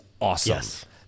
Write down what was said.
awesome